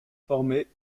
formaient